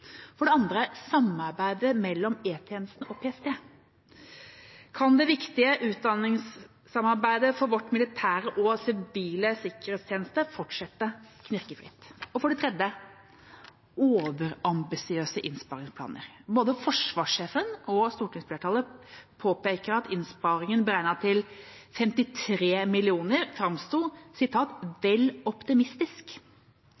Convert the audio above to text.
For det andre, samarbeidet mellom E-tjenesten og PST: Kan det viktige utdanningssamarbeidet for vår militære og sivile sikkerhetstjeneste fortsette knirkefritt? For det tredje, overambisiøse innsparingsplaner: Både forsvarssjefen og stortingsflertallet påpekte at innsparingen beregnet til 530 mill. kr framsto